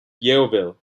yeovil